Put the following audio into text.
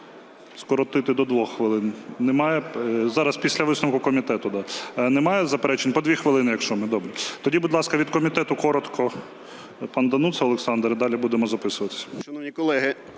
Тоді, будь ласка, від комітету коротко пан Дануца Олександр, і далі будемо записуватись.